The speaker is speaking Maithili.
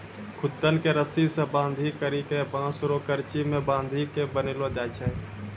खुद्दन के रस्सी से बांधी करी के बांस रो करची मे बांधी के बनैलो जाय छै